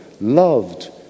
loved